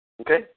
Okay